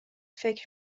فکر